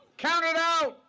counted out,